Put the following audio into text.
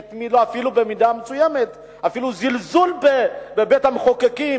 במידה מסוימת זה אפילו זלזול בבית-המחוקקים,